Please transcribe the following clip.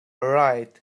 right